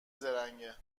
زرنگه